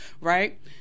right